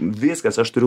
viskas aš turiu